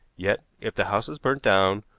yet if the house is burnt down,